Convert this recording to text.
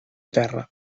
terra